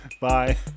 Bye